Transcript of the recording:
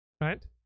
right